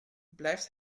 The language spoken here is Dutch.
blijft